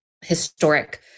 historic